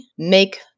make